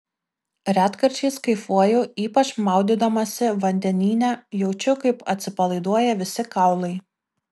retkarčiais kaifuoju ypač maudydamasi vandenyne jaučiu kaip atsipalaiduoja visi kaulai